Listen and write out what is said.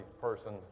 person